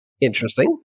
interesting